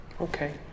Okay